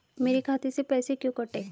मेरे खाते से पैसे क्यों कटे?